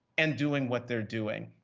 and doing what they're doing.